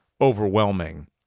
overwhelming